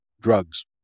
drugs